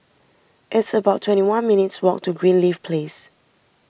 it's about twenty one minutes' walk to Greenleaf Place